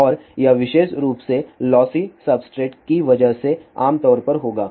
और यह विशेष रूप से लॉसी सब्सट्रेट की वजह से आम तौर पर होगा